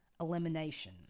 elimination